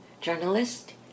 journalist